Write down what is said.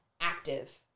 active